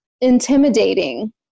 intimidating